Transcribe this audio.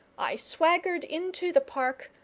i swaggered into the park,